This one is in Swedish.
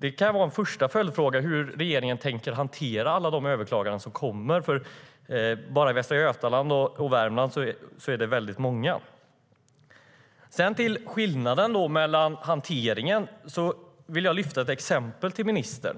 Det kan vara en första följdfråga: Hur tänker regeringen hantera alla de överklaganden som kommer? Bara i Västra Götaland och i Värmland är det väldigt många. Sedan kommer jag till skillnaden i hanteringen. Jag vill lyfta fram ett exempel för ministern.